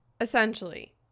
Essentially